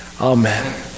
Amen